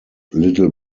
little